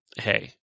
hey